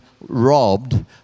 robbed